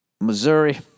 Missouri